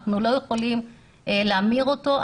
אנחנו לא יכולים להמיר אותו.